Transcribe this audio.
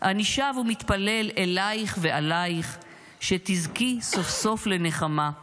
אני שב ומתפלל אלייך ועלייך / שתזכי סוף סוף לנחמה /